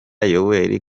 yoweli